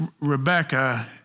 Rebecca